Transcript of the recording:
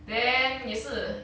then 也是